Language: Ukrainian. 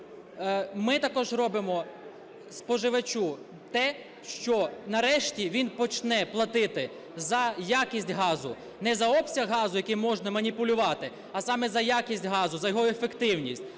Ми також робимо споживачу те. що нарешті він почне платити за якість газу. Не за обсяг газу, яким можна маніпулювати, а саме за якість газу, за його ефективність.